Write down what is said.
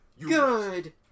Good